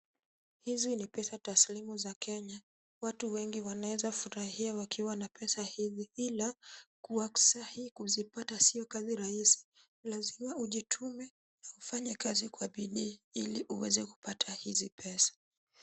Hizi ni pesa taslimu za kenya. Watu wengi wanaweza furahia wakiwa na pesa hizi ila kwa saa hii kuzipata sio kazi rahisi, lazima ujitume na ufanye kazi kwa bidii ili uweze kupata hizi pesa.